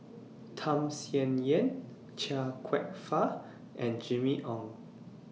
Tham Sien Yen Chia Kwek Fah and Jimmy Ong